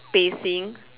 spacing